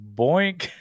boink